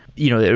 you know,